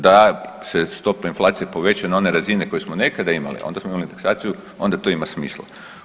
Da ste stopa inflacije poveća na one razine koje smo nekada imali, onda smo imali indeksaciju onda to ima smisla.